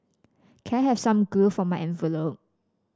can I have some glue for my envelope